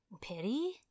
pity